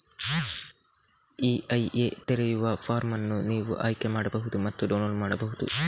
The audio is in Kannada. ಇ.ಐ.ಎ ತೆರೆಯುವ ಫಾರ್ಮ್ ಅನ್ನು ನೀವು ಆಯ್ಕೆ ಮಾಡಬಹುದು ಮತ್ತು ಡೌನ್ಲೋಡ್ ಮಾಡಬಹುದು